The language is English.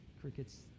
crickets